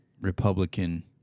republican